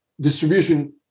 distribution